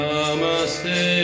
Namaste